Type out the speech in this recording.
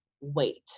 Wait